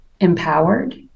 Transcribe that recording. empowered